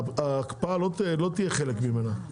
ההקפאה לא תהיה חלק ממנה,